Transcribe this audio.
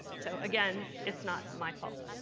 so again, it's not my fault.